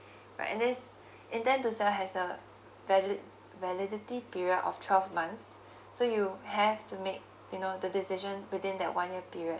right and this intent to sale has a valid validity period of twelve months so you have to make you know the decision within that one year period